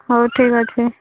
ହଉ ଠିକ୍ ଅଛି